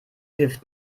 wirft